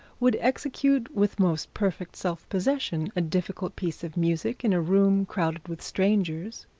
would execute with most perfect self-possession a difficult piece of music in a room crowded with strangers,